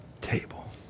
table